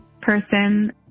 person